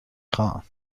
خواهم